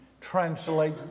translate